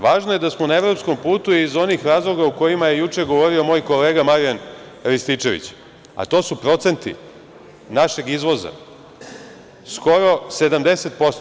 Važno je da smo na evropskom putu iz onih razloga o kojima je juče govorio moj kolega Marijan Rističević, a to su procenti našeg izvoza, skoro 70%